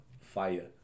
fire